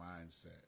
mindset